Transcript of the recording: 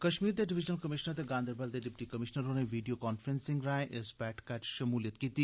कश्मीर दे divisional commissioner ते गांदरबल दे डिप्टी कमिशनर होरें वीडियो कांफ्रेंस राएं इस बैठका च शमूलियत कीती